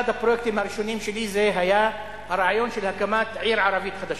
אחד הפרויקטים הראשונים היה הרעיון של הקמת עיר ערבית חדשה.